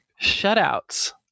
shutouts